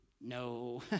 No